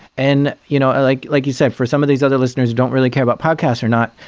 and you know ah like like you said, for some of these other listeners don't really care about podcasts or not,